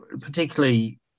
particularly